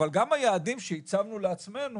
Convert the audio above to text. אבל גם היעדים שהצבנו לעצמנו,